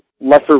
lesser